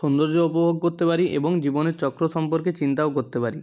সুন্দর্য উপভোগ করতে পারি এবং জীবনের চক্র সম্পর্কে চিন্তাও করতে পারি